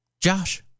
Josh